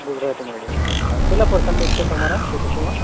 Gujarati medium હ કેટલા percentage છે તમારા પીટીસીમાં